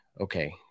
okay